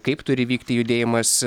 kaip turi vykti judėjimas